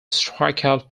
strikeout